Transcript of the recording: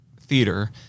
theater